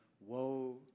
woe